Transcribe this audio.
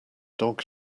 dog